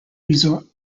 resort